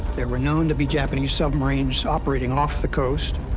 there were known to be japanese submarines operating off the coast.